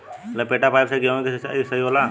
लपेटा पाइप से गेहूँ के सिचाई सही होला?